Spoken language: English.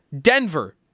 Denver